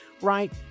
right